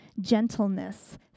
gentleness